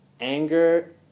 Anger